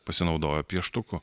pasinaudojo pieštuku